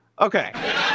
Okay